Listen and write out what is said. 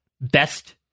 best